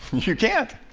you can't!